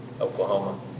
Oklahoma